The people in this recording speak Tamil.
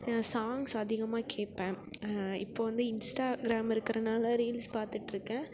சாங்க்ஸ் அதிகமாக கேட்பேன் இப்போ வந்து இன்ஸ்டாகிராம் இருக்கறனால் ரீல்ஸ் பார்த்துட்டுருக்கேன்